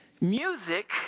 Music